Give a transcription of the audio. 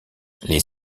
les